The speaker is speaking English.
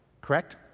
Correct